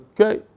Okay